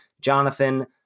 Jonathan